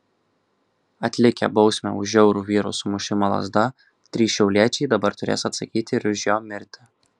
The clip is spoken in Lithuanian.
atlikę bausmę už žiaurų vyro sumušimą lazda trys šiauliečiai dabar turės atsakyti ir už jo mirtį